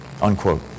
unquote